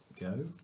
go